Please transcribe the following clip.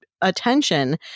attention